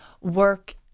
work